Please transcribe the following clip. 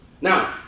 Now